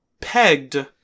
pegged